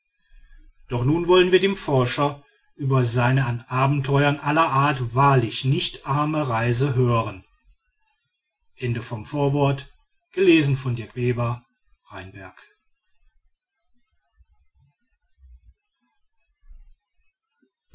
doch nun wollen wir den forscher über seine an abenteuern aller art wahrlich nicht arme reise hören